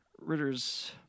Ritter's